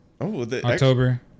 October